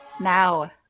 Now